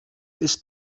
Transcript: ist